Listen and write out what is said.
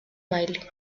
baile